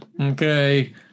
okay